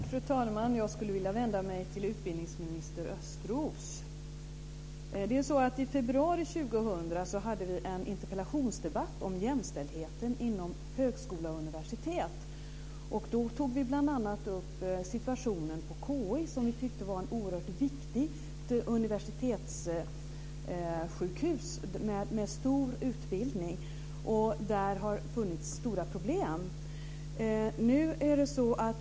Fru talman! Jag skulle vilja vända mig till utbildningsminister Östros. I februari 2000 hade vi en interpellationsdebatt om jämställdheten inom högskola och universitet. Då tog vi bl.a. upp situationen på KI som vi tyckte var ett oerhört viktigt universitetssjukhus med omfattande utbildning. Där har det funnits stora problem.